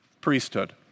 priesthood